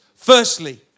Firstly